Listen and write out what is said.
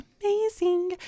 amazing